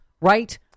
Right